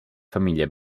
famiglie